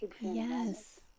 Yes